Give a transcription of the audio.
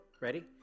Ready